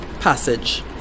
passage